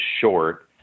short